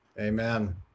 Amen